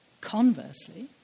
Conversely